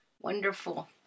Wonderful